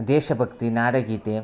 ದೇಶಭಕ್ತಿ ನಾಡಗೀತೆ